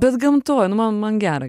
bet gamtoj nu man man gera